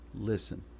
listen